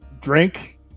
drink